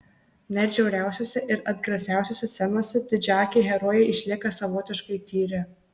net žiauriausiose ir atgrasiausiose scenose didžiaakiai herojai išlieka savotiškai tyri